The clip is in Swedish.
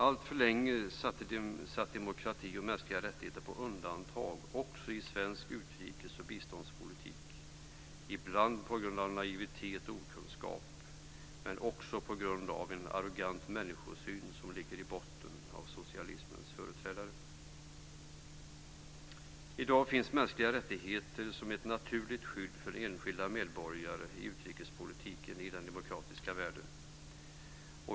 Alltför länge sattes demokrati och mänskliga rättigheter på undantag också i svensk utrikes och biståndspolitik, ibland på grund av naivitet och okunskap men också på grund av en arrogant människosyn som ligger i botten på socialismens företrädare. I dag finns mänskliga rättigheter som ett naturligt skydd för enskilda medborgare i utrikespolitiken i den demokratiska världen.